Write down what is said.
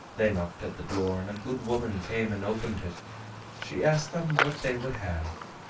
they knocked at the door, and a good woman came and opened it she asked them what they would have.